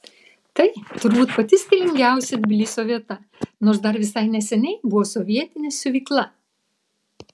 tai turbūt pati stilingiausia tbilisio vieta nors dar visai neseniai buvo sovietinė siuvykla